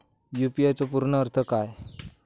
UPI चो पूर्ण अर्थ काय?